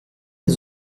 les